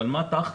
אבל מה תכלס,